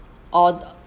or